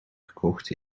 gekocht